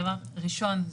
דבר ראשון,